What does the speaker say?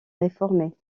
réformés